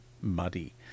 muddy